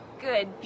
Good